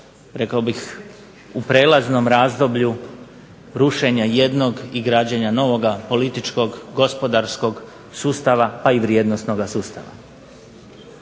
rekao bih u prelaznom razdoblju rušenja jednog i građenja novoga političkog, gospodarskog sustava, pa i vrijednosnoga sustava.